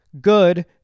good